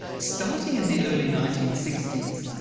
starting in the early nineteen sixty s,